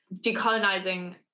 Decolonizing